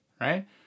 right